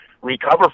recover